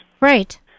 Right